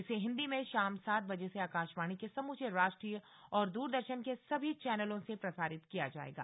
इसे हिन्दी में शाम सात बजे से आकाशवाणी के समूचे राष्ट्रीय और दूरदर्शन के सभी चैनलों से प्रसारित किया जाएगा